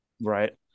Right